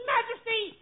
Majesty